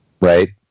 Right